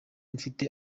mfite